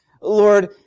Lord